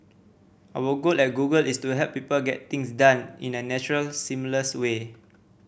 our goal at Google is to help people get things done in a natural seamless way